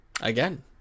again